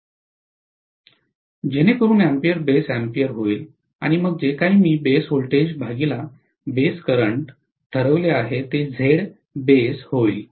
जेणेकरुन ampere base ampere होईल आणि मग जे काही मी ठरवले आहे ते Zbase होईल